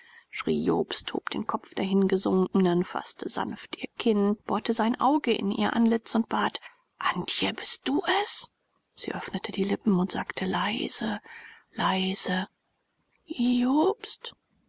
jobst hob den kopf der hingesunkenen faßte sanft ihr kinn bohrte sein auge in ihr antlitz und bat antje bist du es sie öffnete die lippen und sagte leise leise